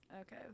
okay